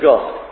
God